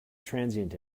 transient